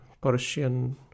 Persian